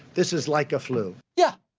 this is like a flu. yeah,